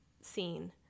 scene